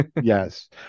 Yes